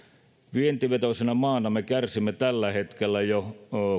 vientivetoisena maana me kärsimme tällä hetkellä jo